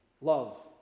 Love